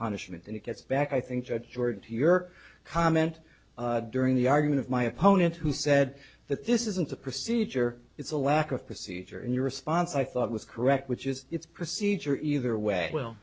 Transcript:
punishment and it gets back i think that word to your comment during the argument of my opponent who said that this isn't a procedure it's a lack of procedure in your response i thought was correct which is it's procedure either way well